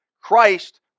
Christ